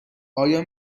آیا